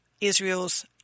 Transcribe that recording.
Israel's